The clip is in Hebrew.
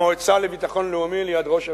המועצה לביטחון לאומי ליד ראש הממשלה.